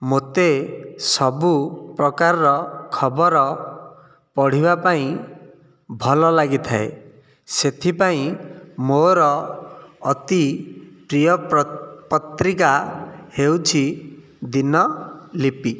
ମୋତେ ସବୁ ପ୍ରକାରର ଖବର ପଢ଼ିବା ପାଇଁ ଭଲ ଲାଗିଥାଏ ସେଥିପାଇଁ ମୋର ଅତି ପ୍ରିୟ ପତ୍ରିକା ହେଉଛି ଦୀନଲିପି